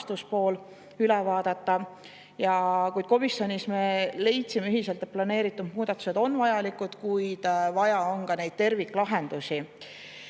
rahastuspool üle vaadata. Kuid komisjonis me leidsime ühiselt, et planeeritud muudatused on vajalikud, ent vaja on ka terviklahendusi.